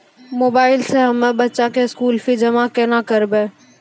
Mobile से हम्मय बच्चा के स्कूल फीस जमा केना करबै?